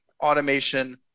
automation